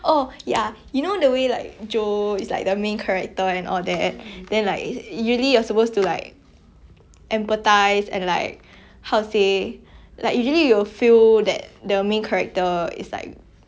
empathize and like how to say like usually you will feel that the main character is like right and all that right but I feel like jo in the movie both in the book and the movie lah she's a bit too realistic